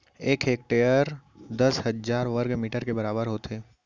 एक हेक्टर दस हजार वर्ग मीटर के बराबर होथे